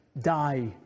Die